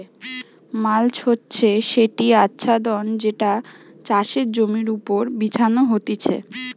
mulch হচ্ছে সেটি আচ্ছাদন যেটা চাষের জমির ওপর বিছানো হতিছে